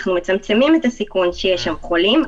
אנחנו מצמצמים את הסיכון שיהיו שם חולים.